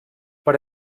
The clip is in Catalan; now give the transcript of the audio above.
per